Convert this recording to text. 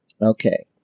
Okay